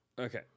Okay